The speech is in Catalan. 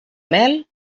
mel